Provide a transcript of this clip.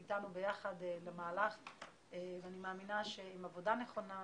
הוא אתנו ביחד במהלך ואני מאמינה שעם עבודה נכונה,